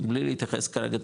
בלי להתייחס כרגע,